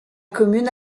commune